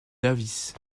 davis